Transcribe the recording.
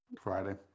Friday